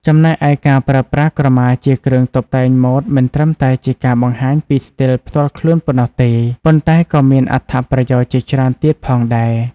ចំណែកឯ ការប្រើប្រាស់ក្រមាជាគ្រឿងតុបតែងម៉ូដមិនត្រឹមតែជាការបង្ហាញពីស្ទីលផ្ទាល់ខ្លួនប៉ុណ្ណោះទេ ប៉ុន្តែក៏មានអត្ថប្រយោជន៍ជាច្រើនទៀតផងដែរ។